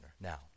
Now